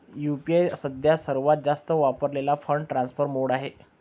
UPI सध्या सर्वात जास्त वापरलेला फंड ट्रान्सफर मोड आहे